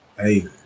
hey